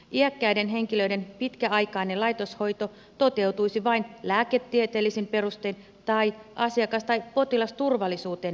iäkkäiden henkilöiden pitkäaikainen laitoshoito toteutuisi vain lääketieteellisin perustein tai asiakas tai potilasturvallisuuteen liittyvillä perusteilla